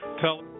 tell